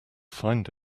find